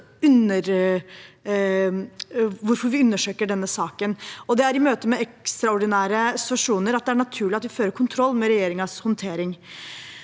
for hvorfor vi undersøker denne saken. Det er i møte med ekstraordinære situasjoner at det er naturlig at vi fører kontroll med regjeringens håndtering.